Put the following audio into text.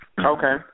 Okay